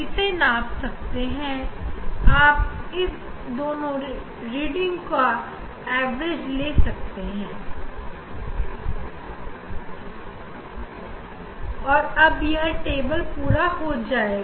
ऐसा करने से हमारे पास रीडिंग के दो सेट आ जायेंगे और हम इनका औसत ले लेंगे